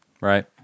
right